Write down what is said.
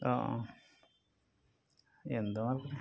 ആണോ എന്താ നോക്കുന്നത്